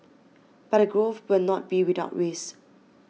but the growth will not be without risk